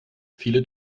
viele